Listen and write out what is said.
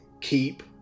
keep